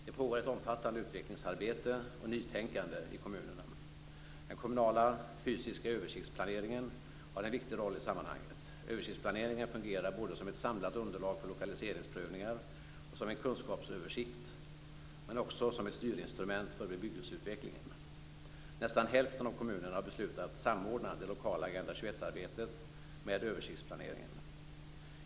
Det pågår ett omfattande utvecklingsarbete och nytänkande i kommunerna. Den kommunala fysiska översiktsplaneringen har en viktig roll i sammanhanget. Översiktsplaneringen fungerar både som ett samlat underlag för lokaliseringsprövningar och som en kunskapsöversikt, men också som ett styrinstrument för bebyggelseutvecklingen. Nästan hälften av kommunerna har beslutat samordna det lokala Agenda 21-arbetet med översiktsplaneringen.